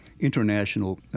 international